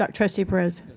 ah trustee perez?